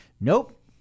Nope